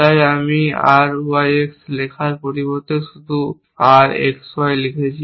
তাই আমি RYX লেখার পরিবর্তে শুধু RXY লিখছি